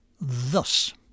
Thus